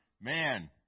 Man